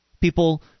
people